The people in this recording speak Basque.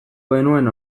genuen